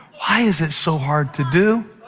why is it so hard to do?